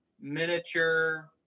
miniature